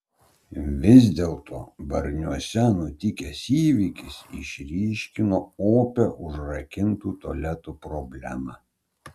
vis dėlto varniuose nutikęs įvykis išryškino opią užrakintų tualetų problemą